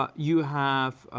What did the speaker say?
ah you have,